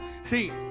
See